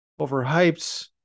overhyped